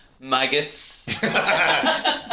maggots